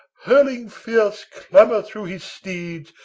hurling fierce clamour through his steeds,